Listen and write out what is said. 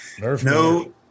no